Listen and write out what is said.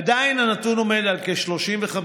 עדיין הנתון עומד על כ-35%,